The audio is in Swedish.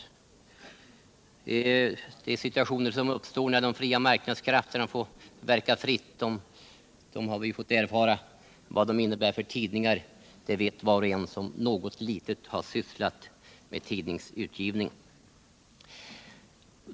Vad de situationer som uppstår när de fria marknadskrafterna får verka fritt innebär för tidningar har vi fått erfara! Det vet var och en som något litet har sysslat med tidningsutgivning.